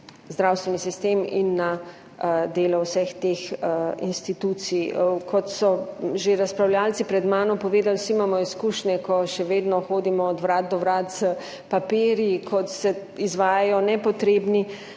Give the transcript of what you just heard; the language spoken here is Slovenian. zdravstveni sistem in na delo vseh teh institucij. Kot so že razpravljavci pred mano povedali, vsi imamo izkušnje, ko še vedno hodimo od vrat do vrat s papirji, kot se izvajajo nepotrebni